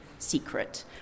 secret